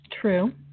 True